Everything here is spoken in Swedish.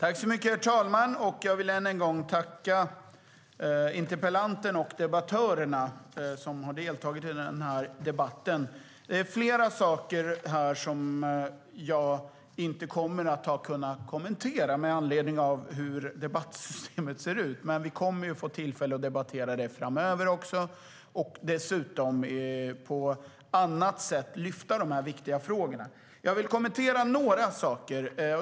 Herr talman! Jag vill än en gång tacka interpellanten och debattörerna som har deltagit i den här debatten. Jag vill kommentera några saker.